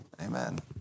Amen